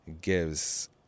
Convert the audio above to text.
Gives